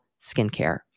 skincare